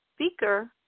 speaker